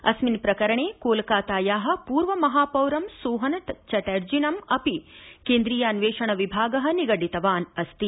अस्मिन् प्रकरणे कोलकाताया पूर्वमहापौरम् सोहन चटर्जिनं अपि केन्द्रीयान्वेषणविभाग निगडितवान् अस्ति